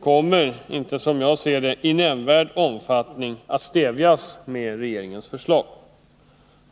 kommer inte, som jag ser det, att stävjas i nämnvärd omfattning med regeringens förslag.